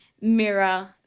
mirror